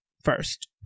first